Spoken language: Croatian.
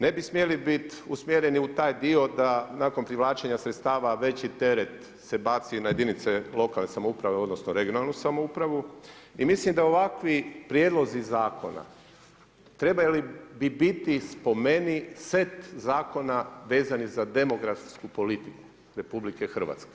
Ne bi smjeli biti usmjereni u taj dio da nakon privlačenja sredstava veći teret se baci na jedinice lokalne samouprave odnosno regionalnu samoupravu i mislim da ovakvi prijedlozi zakona trebali bi biti po meni, set zakona vezani za demografsku politiku RH.